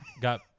got